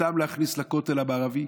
אותם להכניס לכותל המערבי?